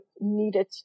needed